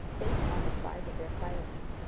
based on the size of their filings,